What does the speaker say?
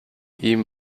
ihm